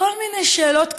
כל מיני שאלות קטנוניות.